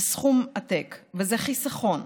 זה סכום עתק וזה חיסכון.